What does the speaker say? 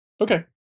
Okay